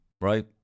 right